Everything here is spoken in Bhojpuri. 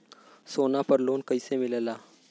सोना पर लो न कइसे मिलेला?